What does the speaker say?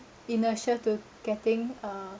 inertia to getting uh